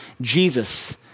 Jesus